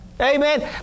Amen